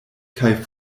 kaj